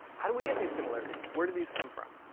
how do we get these similarities, where do these come from?